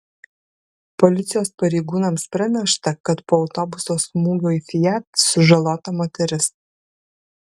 policijos pareigūnams pranešta kad po autobuso smūgio į fiat sužalota moteris